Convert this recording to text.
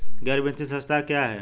गैर वित्तीय संस्था क्या है?